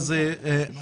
אתם